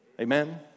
Amen